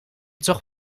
toch